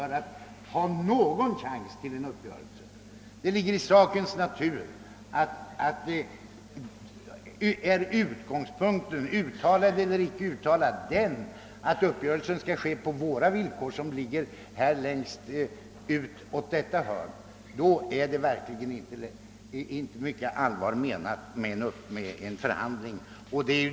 Om utgångspunkten för förhandlingarna — uttalad eller icke uttalad — är att uppgörelsen skall ske på de villkor som uppställs på en av flyglarna, kan man verkligen inte mena mycket med att inbjuda till förhandlingar.